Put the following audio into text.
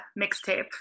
mixtape